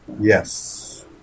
Yes